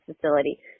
facility